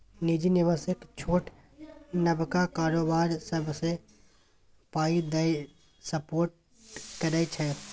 निजी निबेशक छोट नबका कारोबार सबकेँ पाइ दए सपोर्ट करै छै